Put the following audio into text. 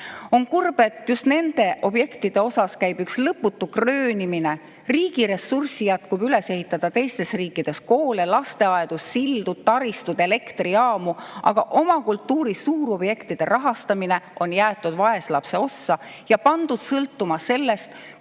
On kurb, et just nende objektide puhul käib üks lõputu kröönimine. Riigi ressurssi jätkub üles ehitada teistes riikides koole, lasteaedu, sildu, taristuid, elektrijaamu, aga oma kultuuri suurobjektide rahastamine on jäetud vaeslapse ossa ja pandud sõltuma sellest,